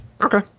Okay